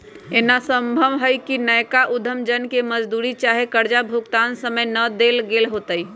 एना संभव हइ कि नयका उद्यम जन के मजदूरी चाहे कर्जा भुगतान समय न देल गेल होतइ